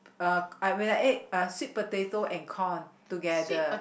uh when I ate uh sweet potato and corn together